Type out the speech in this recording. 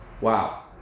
Wow